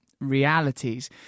realities